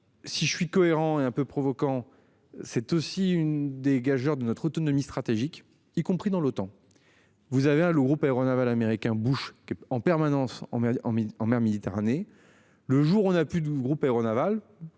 Si je suis cohérent et un peu provocant, c'est aussi une des gageure de notre autonomie stratégique, y compris dans l'OTAN. Vous avez a le groupe aéronaval américain Bush qui en permanence en mairie en 1000 en mer Méditerranée. Le jour où on a plus de groupe aéronaval